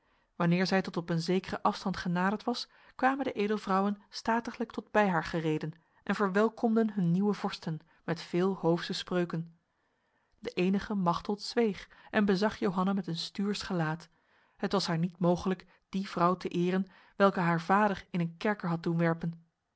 wanneer zij tot op een zekere afstand genaderd was kwamen de edelvrouwen statiglijk tot bij haar gereden en verwelkomden hun nieuwe vorsten met veel hoofse spreuken de enige machteld zweeg en bezag johanna met een stuurs gelaat het was haar niet mogelijk die vrouw te eren welke haar vader in een kerker had doen werpen